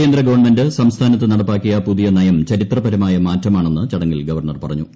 കേന്ദ്ര ഗവൺമെന്റ് സംസ്ഥാനത്ത് നടപ്പാക്കിയ പുതിയ നയം ചരിത്രപരമായ മാറ്റമാണെന്ന് ചടങ്ങിൽ ഗവർണ്ണർ പറഞ്ഞു